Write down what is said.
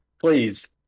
Please